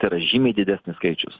tai yra žymiai didesnis skaičius